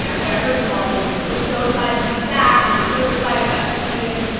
yeah what i heard from all of you was, we're so excited to be back, we're so excited to have the students.